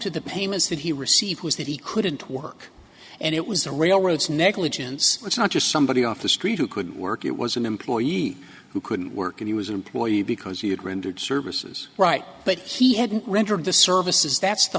to the payments that he received was that he couldn't work and it was the railroads negligence it's not just somebody off the street who couldn't work it was an employee who couldn't work and he was an employee because he had rendered services right but he hadn't rendered the services that's the